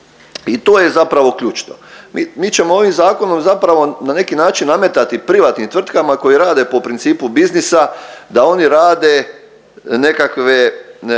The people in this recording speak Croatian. i to je zapravo ključno. Mi ćemo ovim zakonom zapravo na neki način nametati privatnim tvrtkama koji rade po principu biznisa da oni rade nekakve